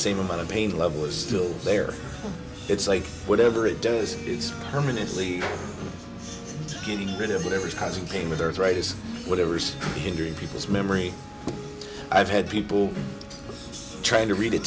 same amount of pain level is still there it's like whatever it is it's permanently getting rid of it it was causing pain with arthritis whatever's hindering people's memory i've had people trying to read